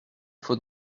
faut